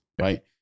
right